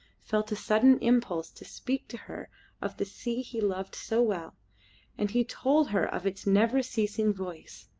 felt a sudden impulse to speak to her of the sea he loved so well and he told her of its never-ceasing voice,